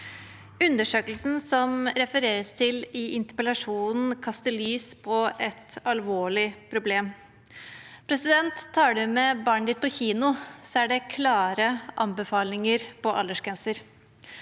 Undersøkelsen som det refereres til i interpellasjonen, kaster lys på et alvorlig problem. Tar man barnet sitt med på kino, er det klare anbefalinger for aldersgrenser.